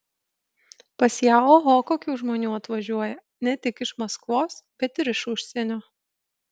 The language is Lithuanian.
pas ją oho kokių žmonių atvažiuoja ne tik iš maskvos bet ir iš užsienio